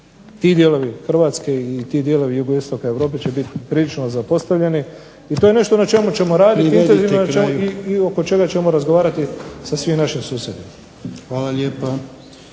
i dijelovi Hrvatske i ti dijelovi jugoistoka Europe će biti prilično zapostavljeni. I to je nešto na čemu ćemo raditi intenzivno i oko čega ćemo razgovarati sa svim našim susjedima. **Jarnjak,